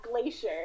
glacier